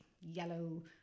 yellow